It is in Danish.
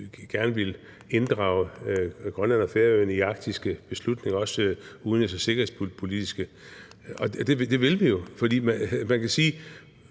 gerne vil inddrage Grønland og Færøerne i arktiske beslutninger, også de udenrigs- og sikkerhedspolitiske. For man kan sige: